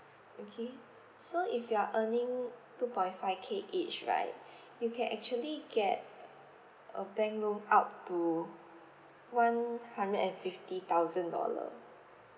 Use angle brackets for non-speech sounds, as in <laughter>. okay so if you are earning two point five K each right <breath> you can actually get a bank loan up to one hundred and fifty thousand dollar